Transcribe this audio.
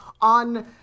on